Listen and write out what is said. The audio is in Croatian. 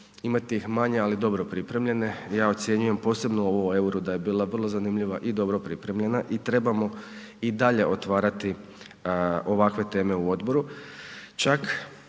imati ih manje, ali dobro pripremljene, ja ocjenjujem posebno ovu o EUR-u da je bila vrlo zanimljiva i dobro pripremljena i trebamo i dalje otvarati ovakve teme u odboru,